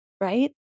right